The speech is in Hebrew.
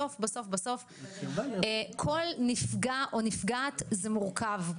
בסוף כל נפגע או נפגעת זה מורכב,